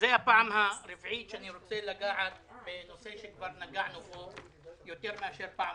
זאת הפעם הרביעית שאני רוצה לגעת בנושא שכבר נגענו בו יותר מאשר פעם